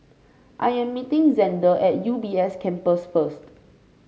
I am meeting Zander at U B S Campus first